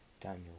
Daniel